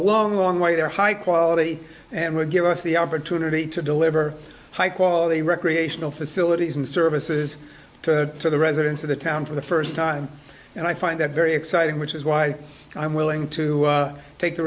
long long way they're high quality and would give us the opportunity to deliver high quality recreational facilities and services to the residents of the town for the first time and i find that very exciting which is why i'm willing to take the